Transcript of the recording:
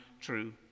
true